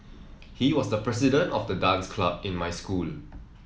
he was the president of the dance club in my school